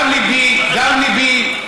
גם ליבי שמח,